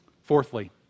Fourthly